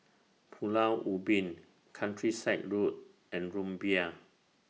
Pulau Ubin Countryside Road and Rumbia